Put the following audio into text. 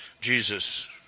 Jesus